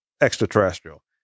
extraterrestrial